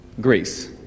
Greece